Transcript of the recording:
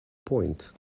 point